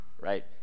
right